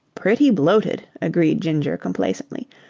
pretty bloated, agreed ginger complacently.